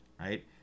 right